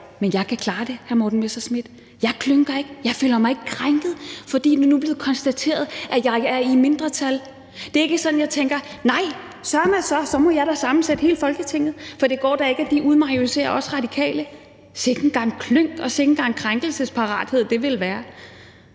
Men jeg kan klare det, hr. Morten Messerschmidt. Jeg klynker ikke, jeg føler mig ikke krænket, fordi det nu er blevet konstateret, at jeg er i mindretal. Det er ikke sådan, at jeg tænker: Nej, søreme så, jeg må da sammensætte hele Folketinget, for det går da ikke, at de majoriserer os Radikale. Sikken gang klynk, sikken gang krænkelsesparathed, det ville være.